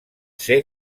ser